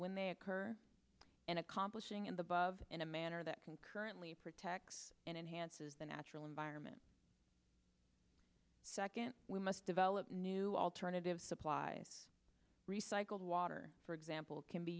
when they occur in accomplishing in the butt of in a manner that concurrently protects and enhances the natural environment second we must develop new alternative supplies recycled water for example can be